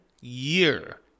year